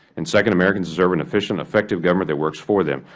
and second, americans deserve an efficient, effective government that works for them.